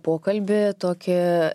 pokalbį tokį